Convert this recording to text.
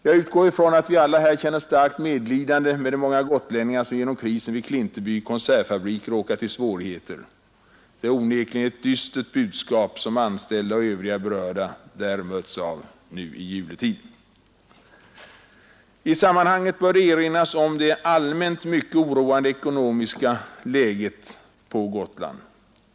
Jag utgår ifrån att vi alla känner starkt för de många gotlänningar som genom krisen vid Klintebys konservfabrik råkat i svårigheter. Det är onekligen ett dystert budskap som anställda och övriga berörda möts av nu i juletid. I sammanhanget bör erinras om det allmänt mycket oroande ekonomiska läget på Gotland.